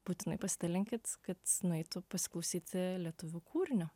būtinai pasidalinkit kad nueitų pasiklausyti lietuvių kūrinio